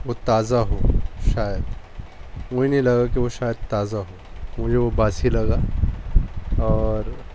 وہ تازہ ہو شاید مجھے نہیں لگا کہ وہ شاید تازہ ہو مجھے وہ باسی لگا اور